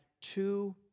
two